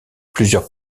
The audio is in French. plusieurs